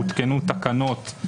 הותקנו תקנות,